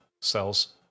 cells